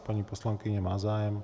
Paní poslankyně má zájem.